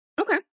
Okay